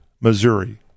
Missouri